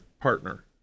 partner